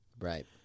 Right